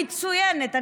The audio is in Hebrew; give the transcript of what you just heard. המצוינת,